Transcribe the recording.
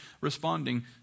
responding